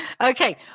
Okay